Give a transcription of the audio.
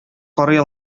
карый